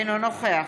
אינו נוכח